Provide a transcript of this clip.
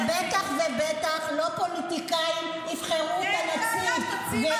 אבל בטח ובטח שלא פוליטיקאים יבחרו את הנציב.